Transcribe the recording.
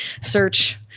search